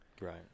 Right